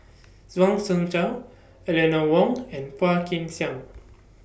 Zhuang Shengtao Eleanor Wong and Phua Kin Siang